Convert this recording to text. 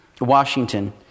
Washington